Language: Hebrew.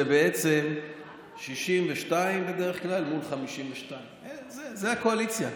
זה בעצם 62 בדרך כלל מול 52. זאת הקואליציה.